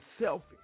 selfish